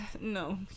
No